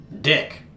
dick